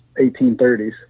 1830s